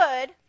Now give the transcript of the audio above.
good